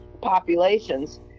populations